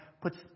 puts